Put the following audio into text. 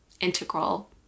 integral